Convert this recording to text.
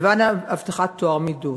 למען הבטחת טוהר מידות.